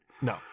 No